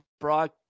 broad